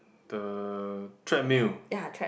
the treadmill